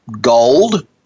gold